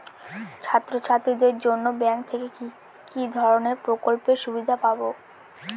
ছাত্রছাত্রীদের জন্য ব্যাঙ্ক থেকে কি ধরণের প্রকল্পের সুবিধে পাবো?